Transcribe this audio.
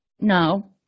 No